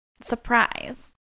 Surprise